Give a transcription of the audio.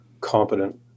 competent